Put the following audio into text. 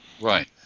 Right